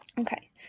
Okay